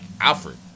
Alfred